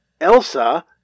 Elsa